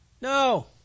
No